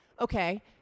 Okay